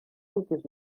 koekjes